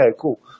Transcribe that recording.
cool